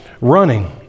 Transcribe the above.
running